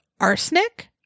arsenic